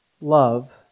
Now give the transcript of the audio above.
love